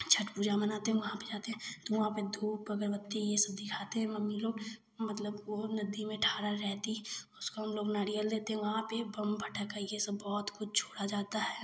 छठ पूजा मनाते हैं वहाँ पर जाते हैं तो धूप अगरबत्ती ये सब दिखाते हैं मम्मी लोग मतलब वे नदी में खड़ा रहती उसको हम लोग नारियल लेते वहाँ पर बम पटाखा ये सब बहुत कुछ छोड़ा जाता है